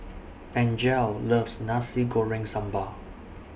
Angele loves Nasi Goreng Sambal